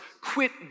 quit